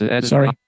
sorry